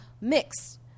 mixed